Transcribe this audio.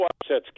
upsets